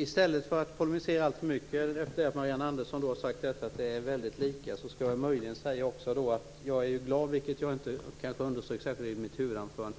I stället för att polemisera alltför mycket efter det att Marianne Andersson sagt att uppfattningarna är väldigt lika skall jag möjligen säga att jag är glad, vilket jag inte underströk särskilt i mitt huvudanförande,